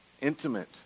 intimate